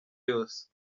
yose